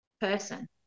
person